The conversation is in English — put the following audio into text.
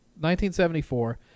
1974